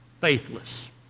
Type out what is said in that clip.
faithless